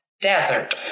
desert